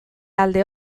alde